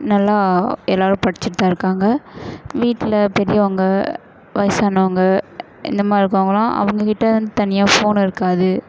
நல்லா எல்லோரும் படிச்சுட்டு தான் இருக்காங்க வீட்டில் பெரியவங்க வயசானவங்க இந்த மாதிரி இருக்கறவங்களாம் அவங்கள்கிட்டேனு தனியாக ஃபோன் இருக்காது